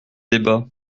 débats